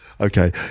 Okay